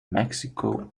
mexico